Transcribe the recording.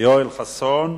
יואל חסון.